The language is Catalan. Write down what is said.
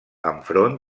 enfront